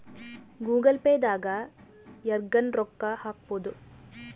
Google Pay ದಾಗ ಯರ್ಗನ ರೊಕ್ಕ ಹಕ್ಬೊದು